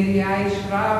תבקשי מהעירייה,